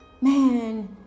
Man